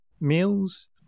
meals